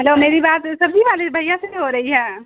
hello میری بات سبزی والے بھیا سے ہو رہی ہے